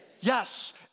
Yes